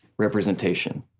representation.